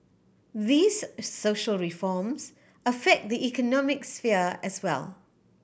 these social reforms affect the economic sphere as well